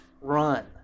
run